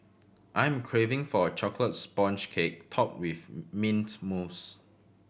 I am craving for a chocolate sponge cake topped with mint mousse